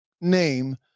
name